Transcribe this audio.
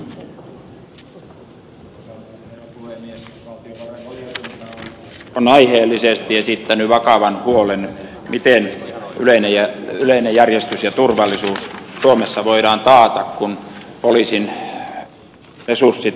valtiovarainvaliokunta on aiheellisesti esittänyt vakavan huolen siitä miten yleinen järjestys ja turvallisuus suomessa voidaan taata kun poliisin resurssit vähenevät